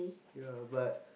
ya but